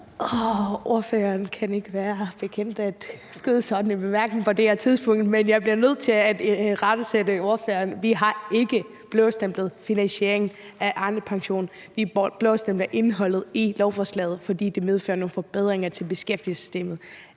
Ordføreren kan ikke være bekendt at indskyde sådan en bemærkning på det her tidspunkt! Men jeg bliver nødt til irettesætte ordføreren: Vi har ikke blåstemplet finansieringen af Arnepensionen. Vi blåstempler indholdet i lovforslaget, fordi det medfører nogle forbedringer af beskæftigelsessystemet.